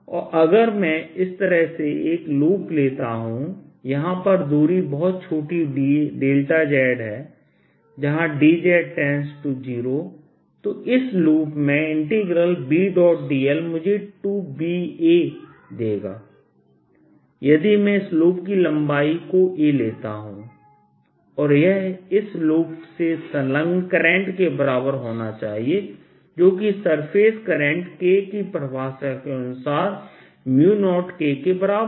और अगर मैं इस तरह से एक लूप लेता हूं यहां यह दूरी बहुत छोटी z है जहांdz0 तो इस लूप में Bdl मुझे 2Baदेगा यदि मैं इस लूप की लंबाई को aलेता हूं और यह इस लूप से संलग्न करंट के बराबर होना चाहिए जो कि सरफेस करंट K की परिभाषा के अनुसार 0Kके बराबर है